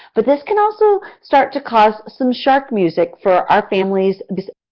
but this can also start to cause some shark music for our families because